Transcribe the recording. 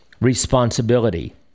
responsibility